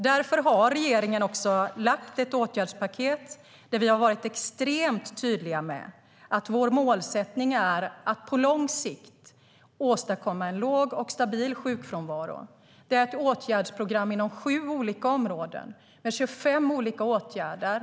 Därför har regeringen lagt fram ett åtgärdspaket, där vi har varit extremt tydliga med att vår målsättning är att på lång sikt åstadkomma en låg och stabil sjukfrånvaro. Det är ett åtgärdsprogram inom sju olika områden med 25 olika åtgärder.